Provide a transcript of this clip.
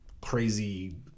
crazy